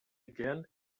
again